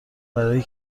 برای